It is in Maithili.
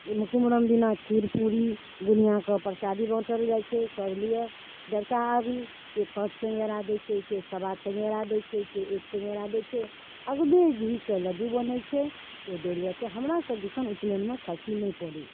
ओइमे कुमरम दिना खीर पूरी बुनिआँके प्रसादी बाँटल जाइ छै सब लिअ देवता आगु केओ पाँच चङ्गेरा दै छै केओ सबा चङ्गेरा दै छै केओ एक चङ्गेरा दै छै अगबे घीके लड्डू बनै छै ओ देल जाइ छै हमरासब दिसन उपनयनमे खस्सी नहि पड़ै छै